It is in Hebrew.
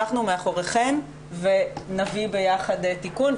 אנחנו מאחוריכן, נביא ביחד תיקון.